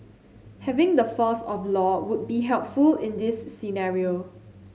having the force of law would be helpful in this scenario